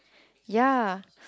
ya